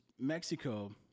Mexico